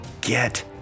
Get